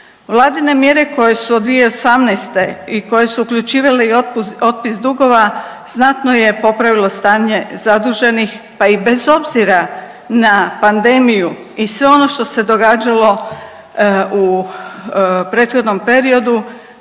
Vladine mjere koje su od 2018. i koje su uključivale i otpis dugova znatno je popravilo stanje zaduženih pa i bez obzira na pandemiju i sve ono što se događalo u prethodnom periodu